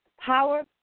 power